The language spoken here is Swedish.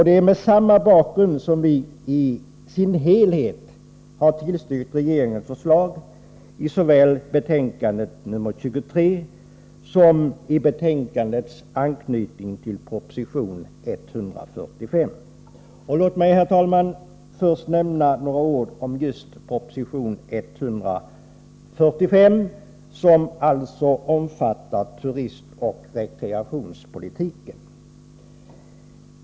Det är mot samma bakgrund som vi har tillstyrkt regeringens förslag i dess helhet i såväl betänkande nr 23 som i dess anknytning till proposition 145. Låt mig, herr talman, först nämna några ord just om proposition 145, som alltså omfattar turismoch rekreationspolitiken.